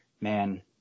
man